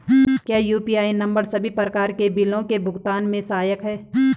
क्या UPI number सभी प्रकार के बिलों के भुगतान में सहायक हैं?